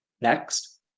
Next